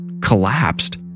collapsed